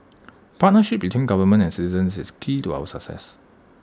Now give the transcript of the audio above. partnership between government and citizens is key to our success